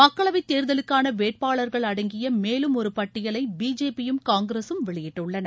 மக்களவைத் தேர்தலுக்கான வேட்பாளர்கள் அடங்கிய மேலும் ஒரு பட்டியலை பிஜேபியும் காங்கிரஸூம் வெளியிட்டுள்ளன